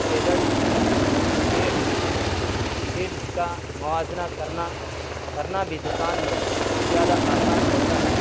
شیڈل shades shades کا موازنہ کرنا کرنا بھی دکان میں زیادہ آسان ہوتا ہے